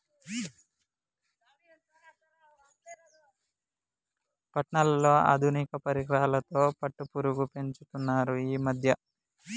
పట్నాలలో ఆధునిక పరికరాలతో పట్టుపురుగు పెంచుతున్నారు ఈ మధ్య